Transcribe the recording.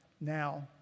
now